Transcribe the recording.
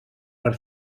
per